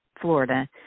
Florida